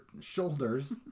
shoulders